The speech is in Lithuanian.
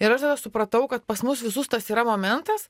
ir aš tada supratau kad pas mus visus tas yra momentas